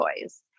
toys